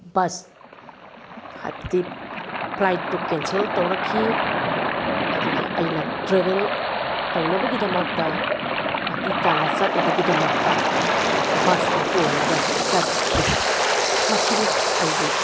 bus ꯍꯥꯏꯕꯗꯤ ꯐ꯭ꯂꯥꯏꯠꯇꯨ cancel ꯇꯧꯔꯛꯈꯤ ꯑꯗꯨꯗ ꯑꯩꯅ ꯇ꯭ꯔꯦꯕꯦꯜ ꯇꯧꯅꯕꯒꯤꯗꯃꯛꯇ ꯒꯨꯋꯥꯇꯤ ꯇꯥꯟꯅ ꯆꯠꯅꯕꯒꯤꯗꯃꯛꯇ ꯕꯁꯇ ꯇꯣꯡꯂꯒ ꯆꯠꯈꯤ ꯃꯁꯤꯅꯤ ꯑꯩꯒꯤ